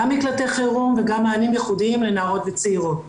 גם מקלטי חירום וגם מענים ייחודיים לנערות וצעירות.